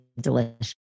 delicious